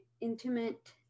intimate